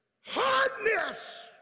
hardness